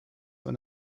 were